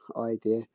idea